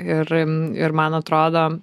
ir ir man atrodo